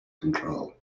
control